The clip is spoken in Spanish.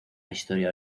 historia